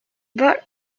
brought